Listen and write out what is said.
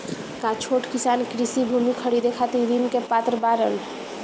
का छोट किसान कृषि भूमि खरीदे खातिर ऋण के पात्र बाडन?